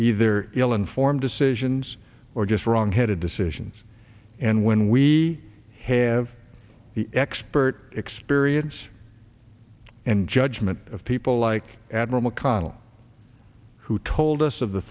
either ill informed decisions or just wrong headed decisions and when we have the expert experience and judgment of people like admiral mcconnell who told us of the